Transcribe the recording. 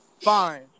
fine